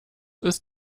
ist